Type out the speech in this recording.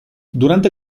durante